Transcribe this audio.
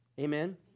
amen